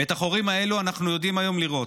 ואת החורים האלו אנחנו יודעים היום לראות.